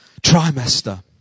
Trimester